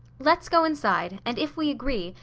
let's go inside, and if we agree,